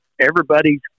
everybody's